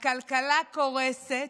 הכלכלה קורסת,